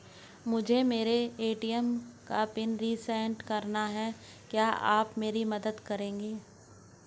मुझे मेरे ए.टी.एम का पिन रीसेट कराना है क्या आप मेरी मदद करेंगे?